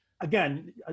Again